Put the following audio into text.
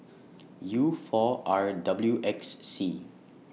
U four R W X C